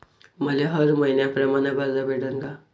मले हर मईन्याप्रमाणं कर्ज भेटन का?